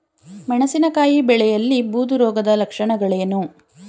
ಮೆಣಸಿನಕಾಯಿ ಬೆಳೆಯಲ್ಲಿ ಬೂದು ರೋಗದ ಲಕ್ಷಣಗಳೇನು?